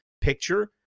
picture